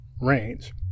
range